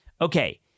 Okay